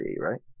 right